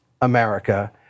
America